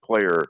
player